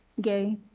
Gay